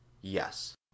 Yes